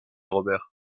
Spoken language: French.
robert